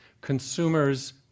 consumers